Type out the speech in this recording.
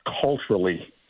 culturally